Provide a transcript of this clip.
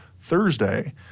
Thursday